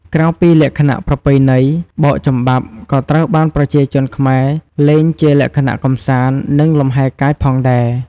ក្រៅពីលក្ខណៈប្រពៃណី បោកចំបាប់ក៏ត្រូវបានប្រជាជនខ្មែរលេងជាលក្ខណៈកម្សាន្ត និងលំហែរកាយផងដែរ។